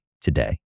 today